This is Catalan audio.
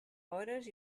hores